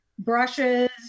brushes